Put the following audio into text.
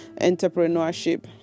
entrepreneurship